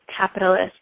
capitalist